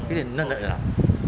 you mean the nerd nerd ah